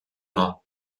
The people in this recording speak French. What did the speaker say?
rats